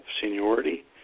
seniority